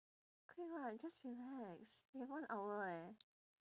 okay lah just relax we have one hour eh